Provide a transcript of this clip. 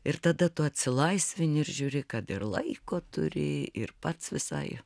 ir tada tu atsilaisvini ir žiūri kad ir laiko turi ir pats visai